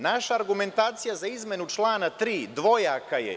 Naša argumentacija za izmenu člana 3. dvojaka je.